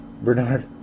Bernard